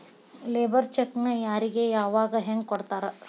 Labour ಚೆಕ್ಕ್ನ್ ಯಾರಿಗೆ ಯಾವಗ ಹೆಂಗ್ ಕೊಡ್ತಾರ?